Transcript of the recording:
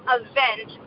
event